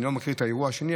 אני לא מכיר את האירוע השני.